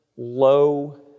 low